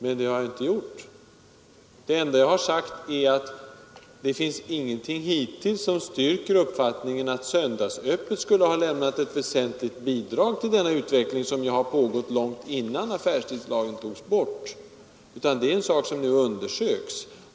Nej, det har jag inte gjort. Det enda jag sagt är att det hittills inte finns någonting som styrker uppfattningen att söndagsöppet skulle ha lämnat ett väsentligt bidrag till denna utveckling, som ju har pågått långt innan affärstidslagen togs bort. Det är en sak som nu undersöks.